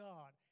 God